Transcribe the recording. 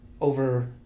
over